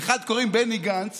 לאחד קוראים בני גנץ